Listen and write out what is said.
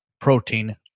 protein